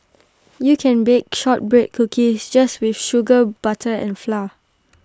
you can bake Shortbread Cookies just with sugar butter and flour